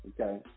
okay